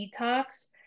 detox